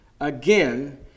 Again